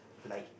like